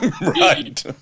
right